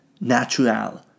Natural